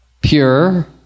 pure